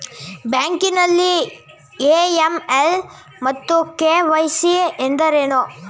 Banking ನಲ್ಲಿ AML ಮತ್ತು KYC ಎಂದರೇನು?